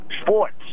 sports